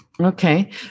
Okay